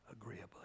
agreeably